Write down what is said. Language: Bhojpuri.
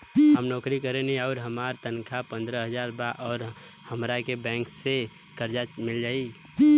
हम नौकरी करेनी आउर हमार तनख़ाह पंद्रह हज़ार बा और हमरा बैंक से कर्जा मिल जायी?